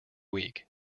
week